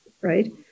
right